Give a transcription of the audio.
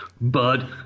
bud